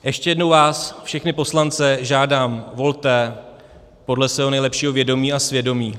Ještě jednou vás, všechny poslance, žádám, volte podle svého nejlepšího vědomí a svědomí.